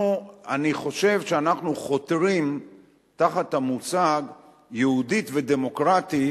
אני חושב שאנחנו חותרים תחת המושג "יהודית ודמוקרטית"